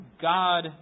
God